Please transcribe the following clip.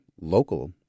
local